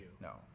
No